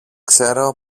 ξέρω